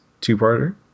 two-parter